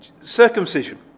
Circumcision